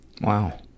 Wow